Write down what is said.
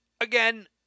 Again